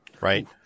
right